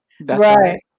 right